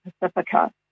Pacifica